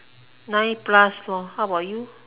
nine plus lor how about you